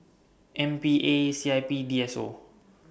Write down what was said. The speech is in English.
M P A C I P D S O